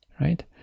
right